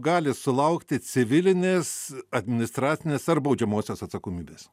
gali sulaukti civilinės administracinės ar baudžiamosios atsakomybės